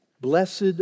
Blessed